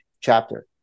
chapter